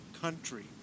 country